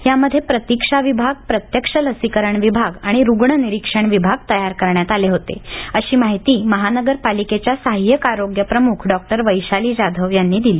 यामध्ये प्रतिक्षा विभाग प्रत्यक्ष लसीकरण विभाग आणि रुग्ण निरीक्षण विभाग तयार करण्यात आले होते अशी माहिती महानगरपालिकेच्या सहाय्यक आरोग्य प्रमुख डॉक्टर वैशाली जाधव यांनी दिली